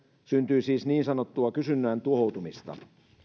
syntyy siis niin sanottua kysynnän tuhoutumista